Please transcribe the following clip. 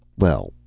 well,